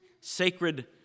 sacred